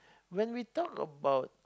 when we talk about